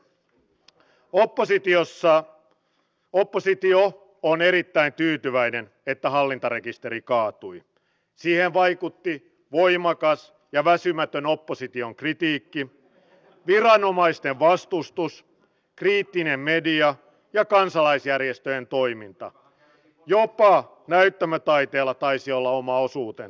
tänään tässä salissa sisäministeriön pääluokan kohdalla on käyty keskustelua aika paljon maahanmuutosta turvapaikanhakijoista ja väsymätön opposition kritiikki viranomaisten vastustus kriittinen tahdoin ihan varsinaisen puheenvuoron myötä tulla hieman sanomaan tästä asiasta